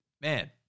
Man